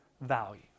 value